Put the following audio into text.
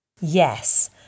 Yes